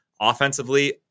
Offensively